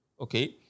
Okay